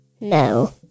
No